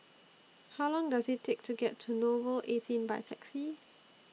How Long Does IT Take to get to Nouvel eighteen By Taxi